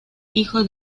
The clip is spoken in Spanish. hijo